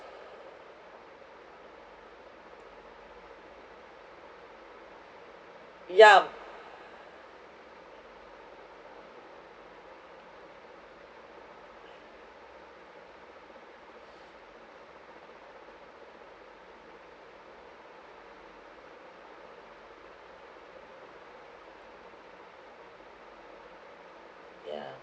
yup